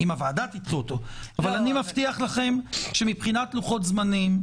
אבל מבחינת לוחות זמנים,